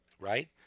right